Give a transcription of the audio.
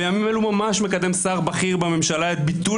בימים אלו ממש מקדם שר בכיר בממשלה את ביטול